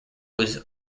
was